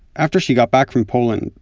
after she got back from poland,